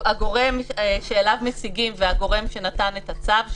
הגורם שאליו משיגים והגורם שנתן את הצו,